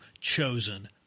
chosen